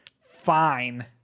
fine